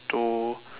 to